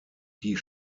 die